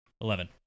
Eleven